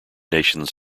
nations